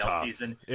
season